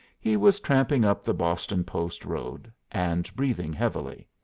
he was tramping up the boston post road and breathing heavily.